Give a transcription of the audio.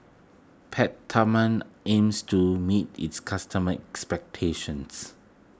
Peptamen aims to meet its customers' expectations